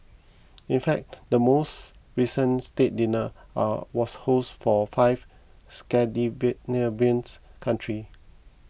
in fact the most recent state dinner are was hosted for five Scandinavian country